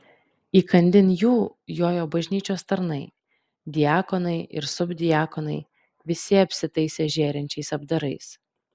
įkandin jų jojo bažnyčios tarnai diakonai ir subdiakonai visi apsitaisę žėrinčiais apdarais